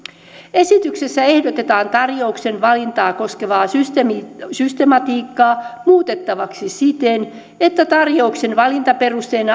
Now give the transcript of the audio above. esityksessä ehdotetaan tarjouksen valintaa koskevaa systematiikkaa muutettavaksi siten että tarjouksen valintaperusteena